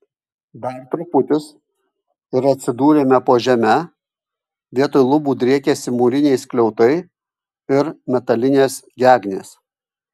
dar truputis ir atsidūrėme po žeme vietoj lubų driekėsi mūriniai skliautai ir metalinės gegnės